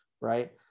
right